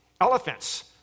elephants